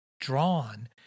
drawn